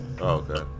Okay